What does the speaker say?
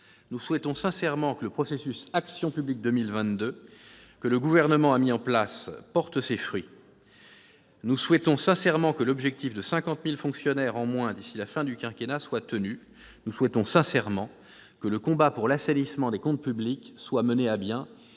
Nous souhaitons sincèrement que le processus Action publique 2022 que le Gouvernement a mis en place porte ses fruits. Nous souhaitons sincèrement que l'objectif de 50 000 fonctionnaires en moins d'ici à la fin du quinquennat soit tenu. Nous souhaitons sincèrement que le combat pour l'assainissement des comptes publics soit mené à bien,